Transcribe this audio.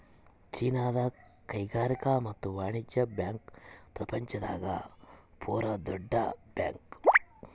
ಚೀನಾದ ಕೈಗಾರಿಕಾ ಮತ್ತು ವಾಣಿಜ್ಯ ಬ್ಯಾಂಕ್ ಪ್ರಪಂಚ ದಾಗ ಪೂರ ದೊಡ್ಡ ಬ್ಯಾಂಕ್